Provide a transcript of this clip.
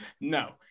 no